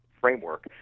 framework